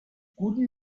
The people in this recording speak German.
guten